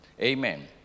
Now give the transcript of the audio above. amen